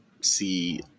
see –